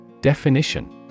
Definition